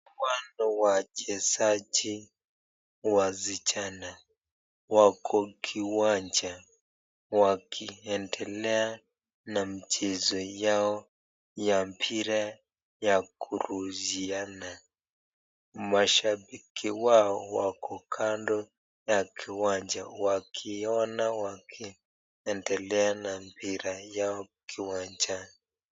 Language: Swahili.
Upande wachezaji wasichana wako kiwanja wakiendelea na mchezo yao ya mpira ya kurushiana. Mashabiki wao wako kando ya kiwanja wakiona wakiendelea na mpira yao kiwanjani.